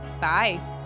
Bye